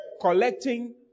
collecting